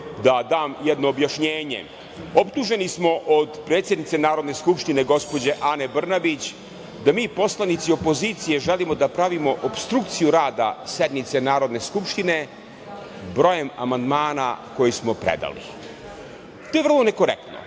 da dam jedno objašnjenje. Optuženi smo od predsednice Narodne skupštine gospođe Ane Brnabić da mi, poslanici opozicije, želimo da pravimo opstrukciju rada sednice Narodne skupštine brojem amandmana koje smo predali. To je vrlo nekorektno. Legitimno